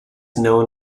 known